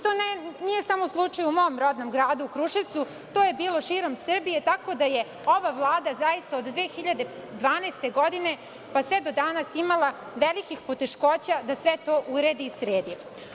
To nije slučaj samo u mom rodnom Gradu Kruševcu, to je bilo širom Srbije, tako da je ova Vlada zaista od 2012. godine, pa sve do danas imala velikih poteškoća da sve to uredi i sredi.